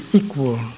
equal